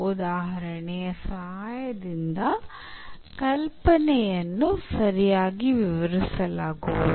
ಉದಾಹರಣೆಯ ಸಹಾಯದಿಂದ ಕಲ್ಪನೆಯನ್ನು ಸರಿಯಾಗಿ ವಿವರಿಸಲಾಗುವುದು